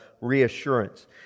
reassurance